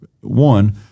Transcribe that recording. one